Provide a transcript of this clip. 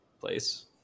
place